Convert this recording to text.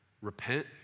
Repent